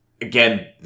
Again